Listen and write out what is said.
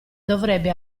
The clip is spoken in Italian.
dovrebbe